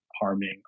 harming